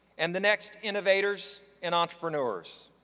and the next innovators and entrepreneurs.